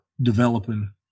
developing